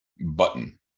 button